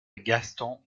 gaston